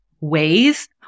ways